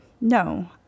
No